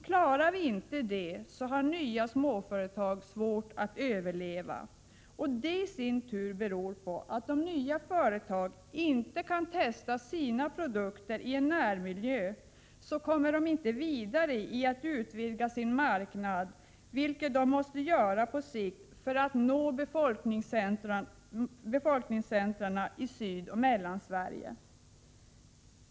Klarar vi inte det kommer nya småföretag att få svårigheter att överleva, och det beror isin tur på att om nya företag inte kan testa sina produkter i en närmiljö, kan 9” de inte heller utvidga sin marknad, vilket de måste göra på sikt för att nå befolkningscentrumen i Sydoch Mellansverige.